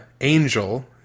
Angel